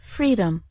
Freedom